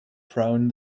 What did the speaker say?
prone